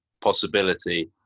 possibility